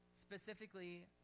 specifically